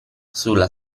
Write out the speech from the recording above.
sulla